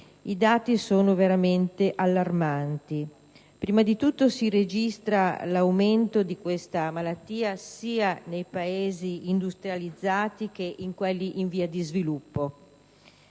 i dati sono veramente allarmanti. Prima di tutto si registra l'aumento di questa malattia sia nei Paesi industrializzati che in quelli in via di sviluppo,